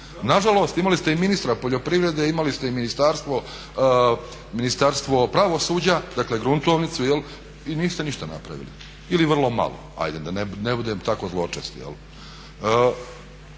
Na žalost, imali ste i ministra poljoprivrede, imali ste i Ministarstvo pravosuđa. Dakle, gruntovnicu i niste ništa napravili ili vrlo malo hajde da ne bude tako zločest.